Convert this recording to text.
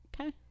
Okay